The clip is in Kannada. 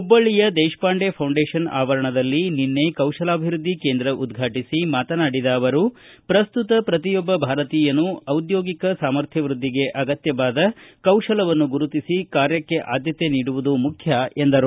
ಹುಬ್ಬಳ್ಳಿಯ ದೇಶಪಾಂಡೆ ಫೌಂಡೇಶನ್ ಆವರಣದಲ್ಲಿ ನಿನ್ನೆ ಕೌಶಲಾಭಿವೃದ್ಧಿ ಕೇಂದ್ರ ಉದ್ಘಾಟಿಸಿ ಮಾತನಾಡಿದ ಅವರು ಪ್ರಸ್ತುತ ಪ್ರತಿಯೊಬ್ಬ ಭಾರತೀಯನೂ ಔದ್ಯೋಗಿಕ ಸಾಮರ್ಥ್ಯವೃದ್ಧಿಗೆ ಅಗತ್ಯವಾದ ಕೌಶಲ್ಯವನ್ನು ಗುರುತಿಸಿ ಕಾರ್ಯಕ್ಕೆ ಆದ್ಯತೆ ನೀಡುವುದು ಮುಖ್ಯ ಎಂದರು